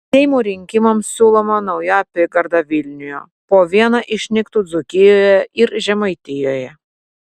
seimo rinkimams siūloma nauja apygarda vilniuje po vieną išnyktų dzūkijoje ir žemaitijoje